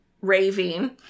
raving